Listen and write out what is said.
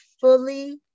fully